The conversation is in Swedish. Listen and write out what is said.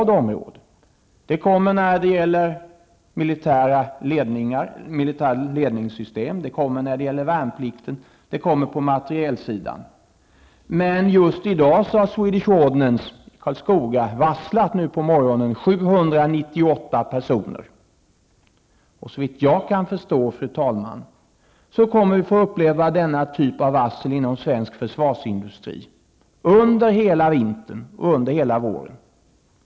Det gäller militära ledningssystem, värnplikten och materielsidan. Men just i dag på morgonen har Swedish Ordnance i Karlskoga varslat 798 personer. Såvitt jag förstår, fru talman, kommer vi att få uppleva denna typ av varsel inom svensk försvarsindustri under hela vintern och hela våren.